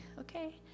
okay